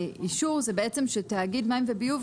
האישור זה שתאגיד מים וביוב,